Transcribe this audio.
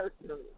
personally